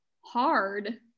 hard